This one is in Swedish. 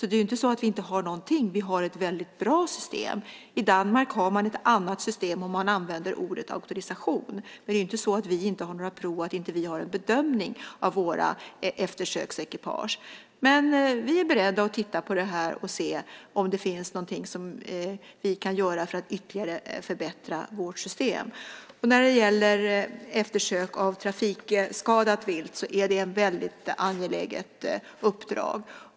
Det är inte så att vi inte har någonting. Vi har ett väldigt bra system. I Danmark har man ett annat system och man använder ordet auktorisation. Men det är inte så att inte vi har några prov och att inte vi har en bedömning av våra eftersöksekipage. Men vi är beredda att titta närmare på det här för att se om det finns någonting som vi kan göra för att ytterligare förbättra vårt system. Eftersök av trafikskadat vilt är ett väldigt angeläget uppdrag.